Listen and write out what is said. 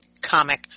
comic